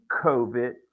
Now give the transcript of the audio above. COVID